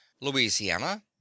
louisiana